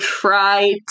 try